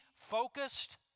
Focused